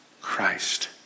Christ